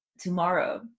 tomorrow